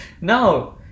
no